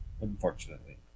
unfortunately